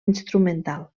instrumental